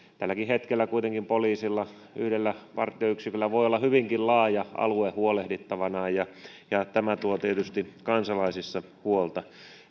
tälläkin hetkellä kuitenkin poliisilla yhdellä partioyksiköllä voi olla hyvinkin laaja alue huolehdittavanaan ja ja tämä tuo tietysti kansalaisille huolta